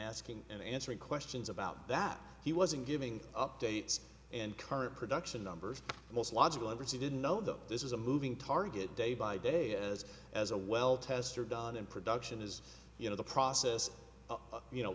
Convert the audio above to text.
asking and answering questions about that he wasn't giving updates and current production numbers most logical oversea didn't know that this is a moving target day by day as as a well tester done in production is you know the process you know